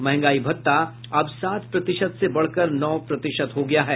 महंगाई भत्ता अब सात प्रतिशत से बढ़कर नौ प्रतिशत हो गया है